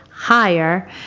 higher